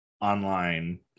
online